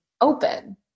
open